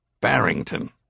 Barrington